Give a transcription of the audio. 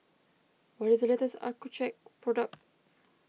what is the latest Accucheck product